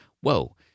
Whoa